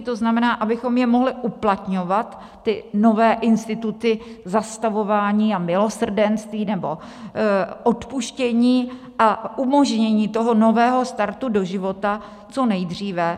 To znamená, abychom je mohli uplatňovat, ty nové instituty zastavování a milosrdenství nebo odpuštění a umožnění nového startu do života, co nejdříve.